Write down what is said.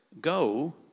Go